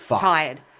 tired